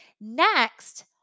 Next